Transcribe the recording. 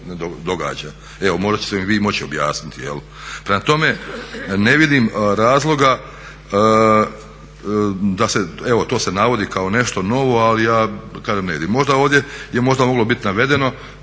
događa. Evo možda ćete mi vi moći objasniti. Prema tome ne vidim razloga da se, evo to se navodi kao nešto novo ali kažem vidim. Možda ovdje je možda moglo biti navedeno